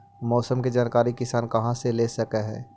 मौसम के जानकारी किसान कहा से ले सकै है?